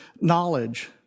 knowledge